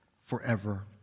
forever